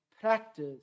practice